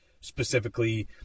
specifically